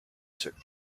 took